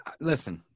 listen